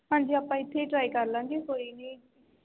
ਹਾਂਜੀ ਆਪਾਂ ਇੱਥੇ ਟਰਾਈ ਕਰ ਲਵਾਂਗੇ ਕੋਈ ਨਹੀਂ